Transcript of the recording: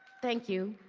thank you,